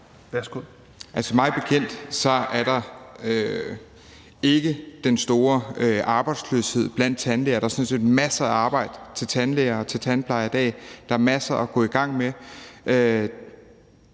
Altså, mig bekendt er der ikke den store arbejdsløshed blandt tandlæger. Der er sådan set masser af arbejde til tandlæger og til tandplejere i dag. Der er masser at gå i gang med.